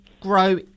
grow